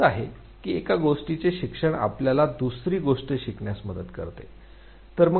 हेच आहे की एका गोष्टीचे शिक्षण आपल्याला दुसरी गोष्ट शिकण्यास मदत करते